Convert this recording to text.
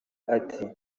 ati